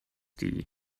tea